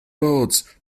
roads